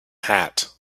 hat